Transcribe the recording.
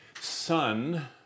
Son